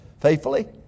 faithfully